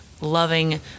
loving